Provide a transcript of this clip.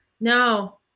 No